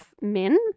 min